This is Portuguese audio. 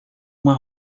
uma